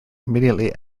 immediately